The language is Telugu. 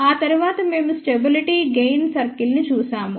ఆ తరువాత మేము స్టెబిలిటీ గెయిన్ సర్కిల్ ని చూశాము